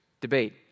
debate